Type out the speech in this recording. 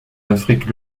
afrique